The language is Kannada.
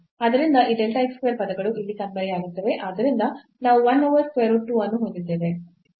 ಆದ್ದರಿಂದ ಈ delta x square ಪದಗಳು ಅಲ್ಲಿ ಕಣ್ಮರೆಯಾಗುತ್ತದೆ